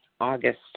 August